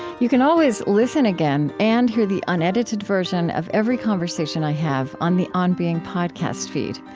you can always listen again, and hear the unedited version of every conversation i have on the on being podcast feed.